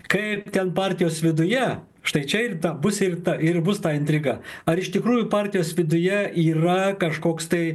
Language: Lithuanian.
kaip ten partijos viduje štai čia ir ta bus ir ta ir bus ta intriga ar iš tikrųjų partijos viduje yra kažkoks tai